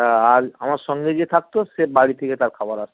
আর আমার সঙ্গে যে থাকতো সে বাড়ি থেকে তার খাবার আসতো